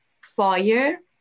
fire